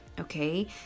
okay